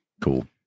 cool